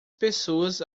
pessoas